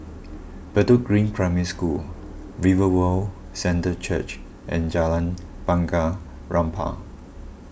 Bedok Green Primary School Revival Centre Church and Jalan Bunga Rampai